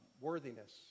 worthiness